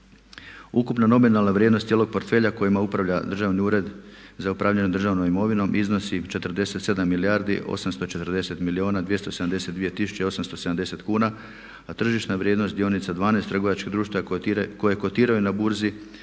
Ukupna nominalna vrijednost cijelog portfelja kojima upravlja Državni ured za upravljanje državnom imovinom iznosi 47 milijardi 840 milijuna, 272 tisuće i 870 kuna, a tržišna vrijednost dionica 12 trgovačkih društava koje kotiraju na burzi